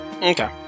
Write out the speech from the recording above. Okay